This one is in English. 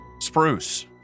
Spruce